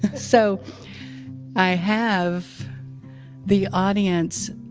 so i have the audience